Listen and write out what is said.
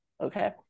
okay